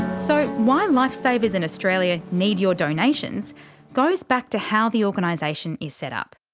so why lifesavers in australia need your donations goes back to how the organisation is set up.